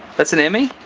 that's an emmy.